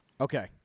Okay